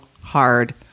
hard